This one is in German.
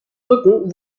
rücken